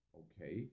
okay